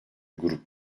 grup